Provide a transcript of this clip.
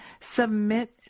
Submit